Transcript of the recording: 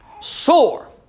sore